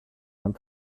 not